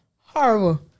horrible